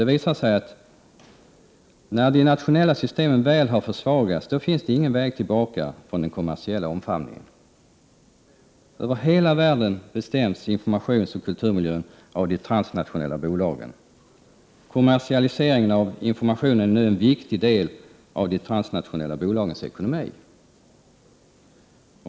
Det visar sig att när de nationella systemen väl har försvagats finns ingen väg tillbaka från den kommersiella omfamningen. Över hela världen bestäms informationsoch kulturmiljön av de transnationella bolagen. Kommersialiseringen av informationen är en viktig del av de transnationella bolagens ekonomi.